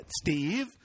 Steve